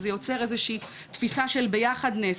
זה יוצר איזושהי תפיסה של ביחדנס',